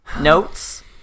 notes